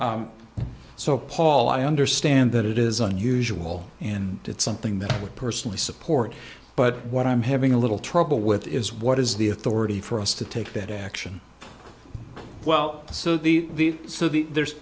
is so paul i understand that it is unusual and it's something that i would personally support but what i'm having a little trouble with is what is the authority for us to take that action well so these so that there's